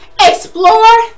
explore